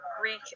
Greek